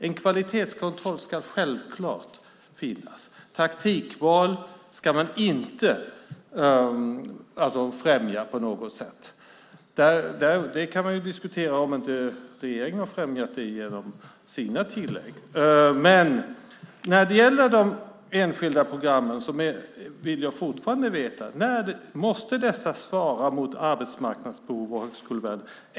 En kvalitetskontroll ska självfallet finnas. Taktikval ska inte främjas på något sätt. Man kan ju diskutera om inte regeringen har främjat det genom sina tillägg. När det gäller de enskilda programmen vill jag fortfarande veta om dessa måste svara mot arbetsmarknadens behov och högskolevärlden.